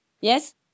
Yes